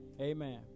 Amen